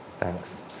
Thanks